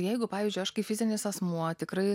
jeigu pavyzdžiui aš kaip fizinis asmuo tikrai